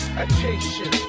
attention